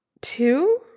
two